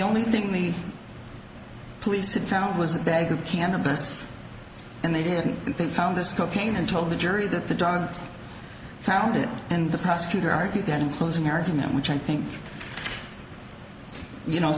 only thing the police had found was a bag of cannabis and they hadn't been found this cocaine and told the jury that the dog found it and the prosecutor argued that in closing argument which i think you know